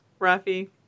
Rafi